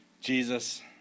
Jesus